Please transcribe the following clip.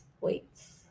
weights